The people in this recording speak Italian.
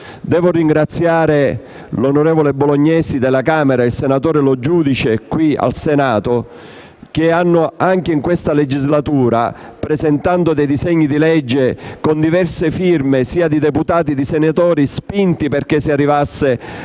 Devo ringraziare l'onorevole Bolognesi alla Camera e il senatore Lo Giudice qui al Senato che, anche in questa legislatura, presentando dei disegni di legge con diverse firme, sia di deputati che di senatori, hanno spinto perché si arrivasse